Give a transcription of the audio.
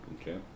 Okay